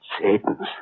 Satan's